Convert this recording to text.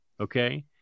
Okay